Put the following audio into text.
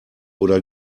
oder